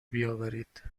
بیاورید